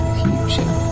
future